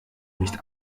nicht